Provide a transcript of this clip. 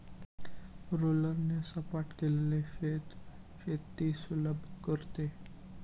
रोलरने सपाट केलेले शेत शेती सुलभ करते